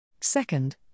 Second